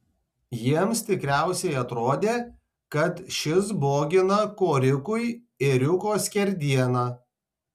jiems tikriausiai atrodė kad šis bogina korikui ėriuko skerdieną